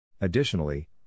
Additionally